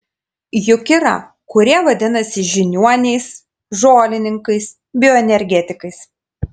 juk yra kurie vadinasi žiniuoniais žolininkais bioenergetikais